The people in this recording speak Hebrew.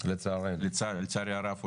לצערנו הרב,